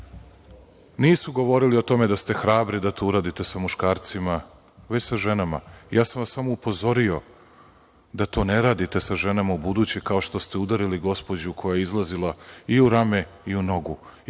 Nisu govorili o tome da ste hrabri da to uradite sa muškarcima, već sa ženama. Ja sam vas samo upozorio da to ne radite sa ženama ubuduće, kao što ste udarili gospođu, koja je izlazila, i u rame i u nogu